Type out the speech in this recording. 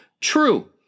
true